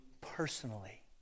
personally